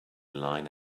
line